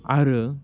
आरो